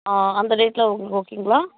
அந்த டேட்டில் உங்களுக்கு ஓகேங்களா